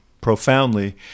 profoundly